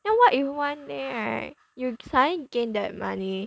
then what if one day right you suddenly gain that money